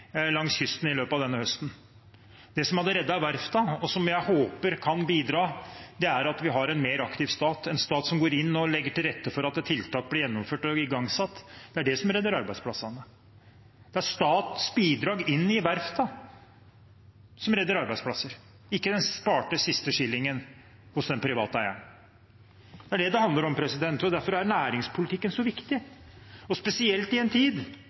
langs kysten i løpet av denne høsten. Det som hadde reddet verftene, og som jeg håper kan bidra, er en mer aktiv stat – en stat som går inn og legger til rette for at tiltak blir gjennomført og igangsatt. Det er det som redder arbeidsplassene. Det er statens bidrag inn i verftene som redder arbeidsplasser, ikke den sparte siste skillingen hos den private eieren. Det er det dette handler om. Derfor er næringspolitikken så viktig, spesielt i en tid